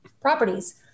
properties